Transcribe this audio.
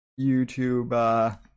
YouTube